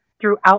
throughout